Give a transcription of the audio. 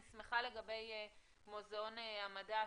אני שמחה לגבי מוזיאון המדע,